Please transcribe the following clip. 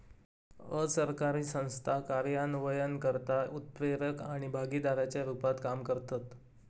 असरकारी संस्था कार्यान्वयनकर्ता, उत्प्रेरक आणि भागीदाराच्या रुपात काम करतत